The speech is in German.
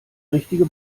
richtige